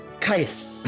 Caius